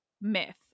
myth